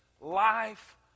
life